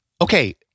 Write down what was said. okay